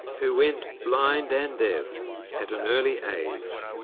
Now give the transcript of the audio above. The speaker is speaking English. who went blind and deaf at an early age,